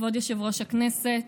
יושב-ראש הכנסת,